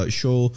show